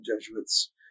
Jesuits